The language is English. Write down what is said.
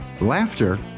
laughter